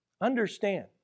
understand